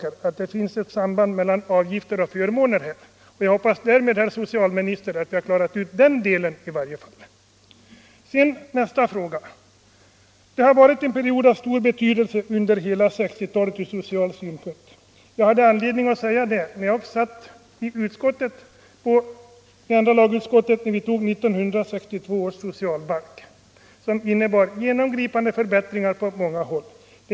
Det bör alltså föreligga ett samband mellan avgifter och förmåner. Jag hoppas därmed, herr socialminister, att jag gjort ett klarläggande i varje fall på den punkten. Jag vill vidare säga att hela 1960-talet varit en period av stor betydelse ur social synpunkt. Jag hade anledning att uttala mig på liknande sätt när jag som ledamot i andra lagutskottet deltog i behandlingen av 1962 års socialbalk, som innebar genomgripande förbättringar på många punk ter.